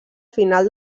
final